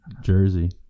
Jersey